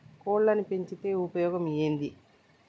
కోళ్లని పెంచితే ఉపయోగం ఏంది?